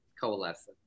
coalesce